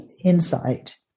insight